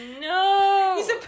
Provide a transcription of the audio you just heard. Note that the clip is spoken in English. No